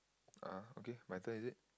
ah okay my turn is it